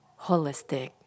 holistic